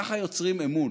ככה יוצרים אמון.